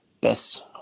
best